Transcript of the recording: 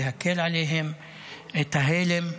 ולהקל עליהם את ההלם.